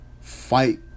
Fight